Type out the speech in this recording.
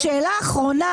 ושאלה אחרונה